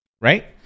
right